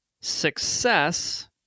success